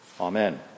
Amen